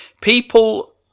People